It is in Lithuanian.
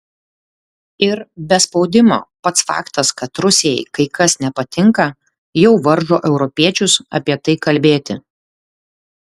ir be spaudimo pats faktas kad rusijai kai kas nepatinka jau varžo europiečius apie tai kalbėti